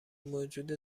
موجود